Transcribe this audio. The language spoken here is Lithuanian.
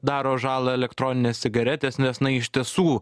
daro žalą elektroninės cigaretės nes na iš tiesų